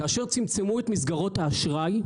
כאשר צמצמו את מסגרות האשראי,